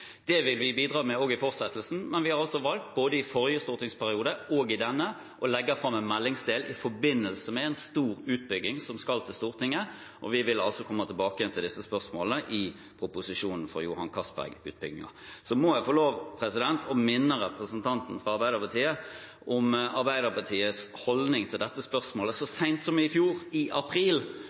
Det vil vi bidra med også i fortsettelsen, men vi har altså valgt, både i forrige stortingsperiode og i denne, å legge fram en meldingsdel i forbindelse med en stor utbygging som skal til Stortinget, og vi vil altså komme tilbake til disse spørsmålene i proposisjonen for Johan Castberg-utbyggingen. Så må jeg få lov å minne representanten fra Arbeiderpartiet om Arbeiderpartiets holdning til dette spørsmålet så sent som i april i fjor. Da sto representanter fra Arbeiderpartiet på talerstolen i